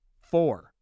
Four